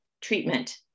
treatment